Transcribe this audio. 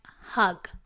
hug